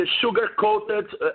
sugar-coated